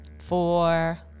Four